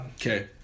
okay